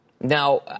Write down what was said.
Now